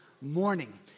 morning